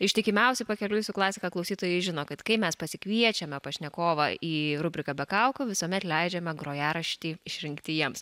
ištikimiausi pakeliui su klasika klausytojai žino kad kai mes pasikviečiame pašnekovą į rubriką be kaukių visuomet leidžiame grojaraštį išrinkti jiems